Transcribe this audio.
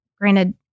granted